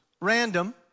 random